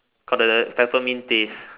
got the Peppermint taste